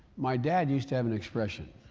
my dad used to have an expression,